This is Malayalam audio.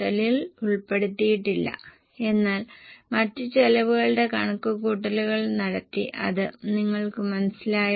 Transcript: അപ്പോൾ നിങ്ങൾക്ക് 4084 ലഭിക്കും ഇത് ഒരു മെട്രിക് ടൺ സിമന്റിന്റെ വിലയാണ്